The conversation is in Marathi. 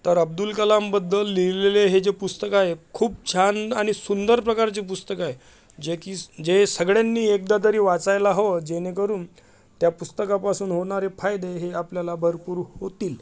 तर अब्दुल कलामबद्दल लिहिलेले हे जे पुस्तक आहे खूप छान आणि सुंदर प्रकारचे पुस्तक आहे जे की जे सगळ्यांनी एकदा तरी वाचायला हवं जेणेकरून त्या पुस्तकापासून होणारे फायदे हे आपल्याला भरपूर होतील